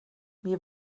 mir